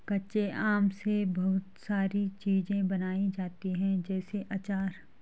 कच्चे आम से बहुत सारी चीज़ें बनाई जाती है जैसे आचार